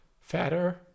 fatter